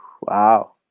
Wow